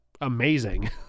amazing